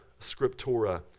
Scriptura